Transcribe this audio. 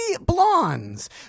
Blondes